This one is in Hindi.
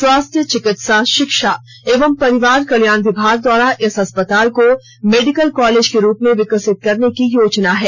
स्वास्थ चिकित्सा शिक्षा एवं परिवार कल्याण विभाग द्वारा इस अस्पताल को मेडिकल कॉलेज के रूप में विकसित करने की योजना है